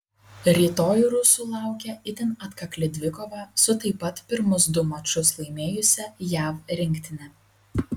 rytoj rusų laukia itin atkakli dvikova su taip pat pirmus du mačus laimėjusia jav rinktine